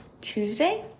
Tuesday